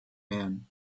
man